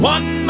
One